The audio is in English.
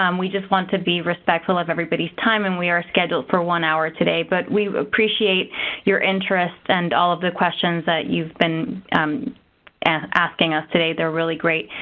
um we just want to be respectful of everybody's time, and we are scheduled for one hour today. but we appreciate your interest and all of the questions that you've been asking us today. they're really great.